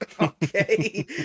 okay